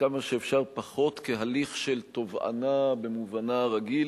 כמה שאפשר פחות כהליך של תובענה במובנה הרגיל